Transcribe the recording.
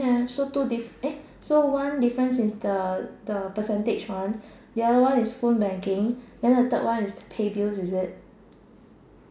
hmm ya so two eh so one difference is the the percentage one the other one is phone banking then the third one is pay bills is it